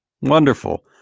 Wonderful